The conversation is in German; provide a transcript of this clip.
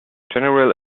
general